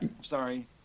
sorry